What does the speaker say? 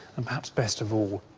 and, perhaps best of all,